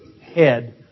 head